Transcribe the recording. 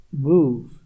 move